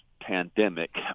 pandemic